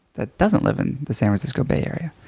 that doesn't live in the san francisco bay area.